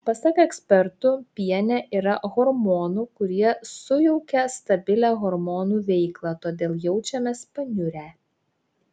pasak ekspertų piene yra hormonų kurie sujaukia stabilią hormonų veiklą todėl jaučiamės paniurę